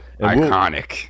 iconic